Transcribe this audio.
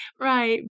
Right